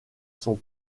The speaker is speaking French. son